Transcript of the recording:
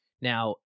Now